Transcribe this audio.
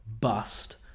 bust